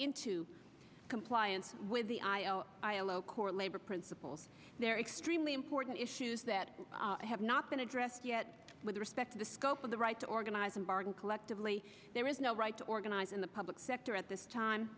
into compliance with the ilo core labor principles there are extremely important issues that have not been addressed yet with respect to the scope of the right to organize and bargain collectively there is no right to organize in the public sector at this time